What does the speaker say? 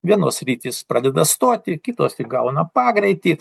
vienos sritys pradeda stoti kitos įgauna pagreitį